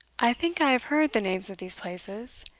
i think i have heard the names of these places,